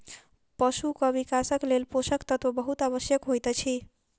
पशुक विकासक लेल पोषक तत्व बहुत आवश्यक होइत अछि